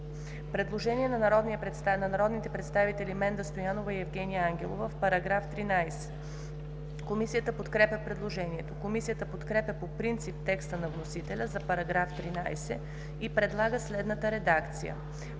Предложение на народните представители Менда Стоянова и Евгения Ангелова в § 13. Комисията подкрепя предложението. Комисията подкрепя по принцип текста на вносителя за § 13 и предлага следната редакция: